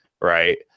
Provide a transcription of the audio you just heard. right